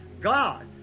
God